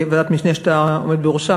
יש דיון בוועדת משנה שאתה עומד בראשה?